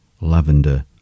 lavender